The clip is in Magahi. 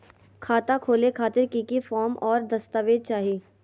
खाता खोले खातिर की की फॉर्म और दस्तावेज चाही?